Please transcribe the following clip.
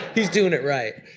he's doing it right.